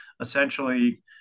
essentially